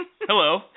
Hello